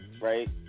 Right